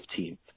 15th